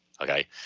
okay